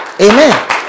Amen